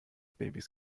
babys